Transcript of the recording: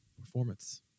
performance